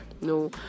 no